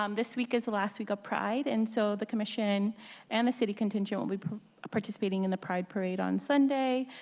um this week is the last week of pride, and so the commission and the city contingent will be participating in the pride parade on sunday.